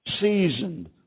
seasoned